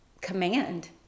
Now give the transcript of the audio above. command